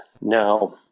Now